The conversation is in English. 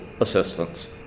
assistance